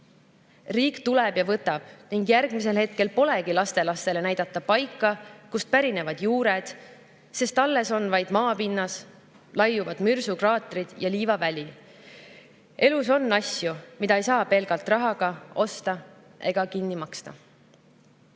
Riik tuleb ja võtab ning järgmisel hetkel polegi lastelastele näidata paika, kust pärinevad juured, sest alles on vaid maapinnas laiuvad mürsukraatrid ja liivaväli. Elus on asju, mida ei saa pelgalt rahaga osta ega kinni